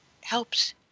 helps